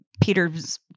Peter's